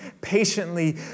patiently